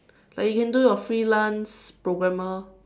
like you can do your freelance programmer